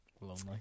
Lonely